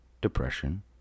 depression